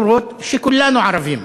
למרות שכולנו ערבים.